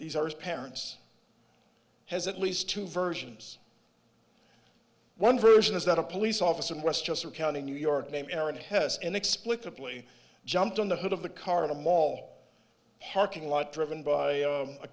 these are parents has at least two versions one version is that a police officer in westchester county new york named aaron hess inexplicably jumped on the hood of the car in a mall parking lot driven by